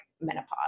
menopause